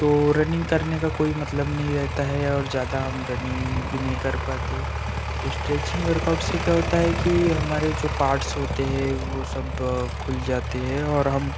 तो रनिंग करने का कोई मतलब नहीं रहता है और ज्यादा हम रनिंग भी नहीं कर पाते स्ट्रैचिंग वर्कआउट से क्या होता है कि हमारे जो पार्ट्स होते हैं वो सब खुल जाते हैं और हम